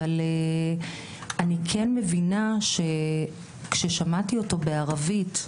אבל אני כן מבינה שכששמעתי אותו בערבית,